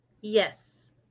Yes